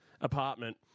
apartment